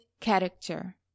character